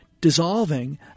dissolving